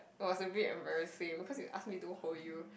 was a bit embarrassing because you asked me to hold you